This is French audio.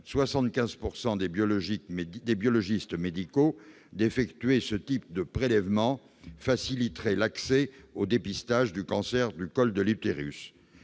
75 % des biologistes médicaux, d'effectuer ce type de prélèvement faciliterait l'accès au dépistage du cancer du col de l'utérus.